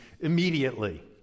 immediately